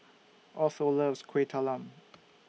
Otho loves Kuih Talam